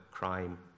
crime